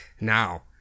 Now